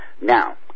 Now